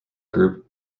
group